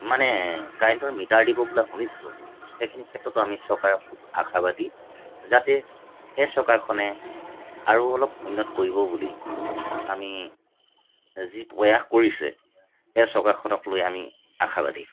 মানে কাৰেন্টৰ মিটাৰ দিব বোলে শুনিছোঁ সেইখিনি ক্ষেত্ৰতো আমি চৰকাৰৰ খুব আশাবাদী যাতে এই চৰকাৰখনে আৰু অলপ উন্নত কৰিব বুলি আমি যি প্ৰয়াস কৰিছে সেয়া চৰকাৰখনক লৈ আমি আশাবাদী